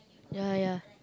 ya ya